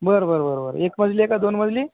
बरं बरं बरं बरं एक मजली आहे का दोन मजली